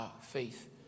faith